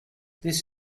this